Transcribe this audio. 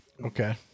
Okay